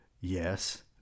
Yes